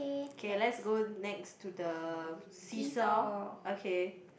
okay let's go next to the see-saw okay